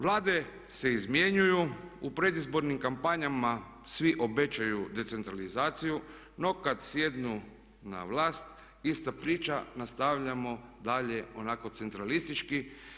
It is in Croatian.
Vlade se izmjenjuju, u predizbornim kampanjama svi obećaju decentralizaciju no kad sjednu na vlast ista priča, nastavljamo dalje onako centralistički.